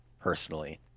personally